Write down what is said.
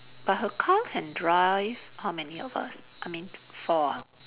but her car can drive how many of us I mean four ah